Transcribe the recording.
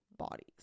bodies